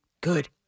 good